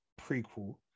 prequel